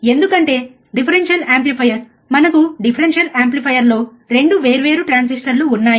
ఎందుకంటే differential amplifier మనకు differential యాంప్లిఫైయర్లో 2 వేర్వేరు ట్రాన్సిస్టర్లు ఉన్నాయి